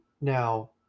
Now